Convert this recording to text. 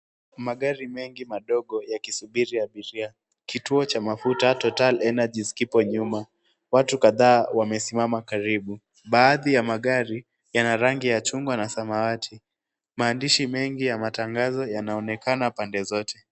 Magari mengi madogo yakisubiri abiria. Kituo cha mafuta total energies kipo nyuma. Watu kadhaa wamesimama karibu, baadhi ya magari yana rangi ya chungwa na samawati. Maandishi mengi ya matangazo yanaonekana pande zote.